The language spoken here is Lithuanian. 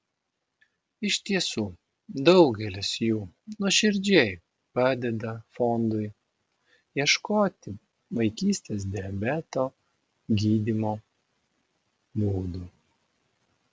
iš tiesų daugelis jų nuoširdžiai padeda fondui ieškoti vaikystės diabeto gydymo būdų